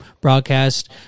broadcast